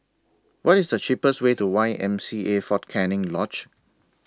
What IS The cheapest Way to Y W C A Fort Canning Lodge